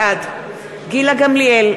בעד גילה גמליאל,